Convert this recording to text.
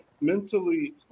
mentally